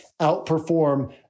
outperform